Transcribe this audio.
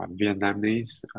Vietnamese